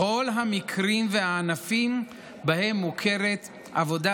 ובכל המקרים והענפים שבהם מוכרת עבודה